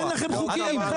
אין לכם חוקים.